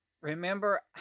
remember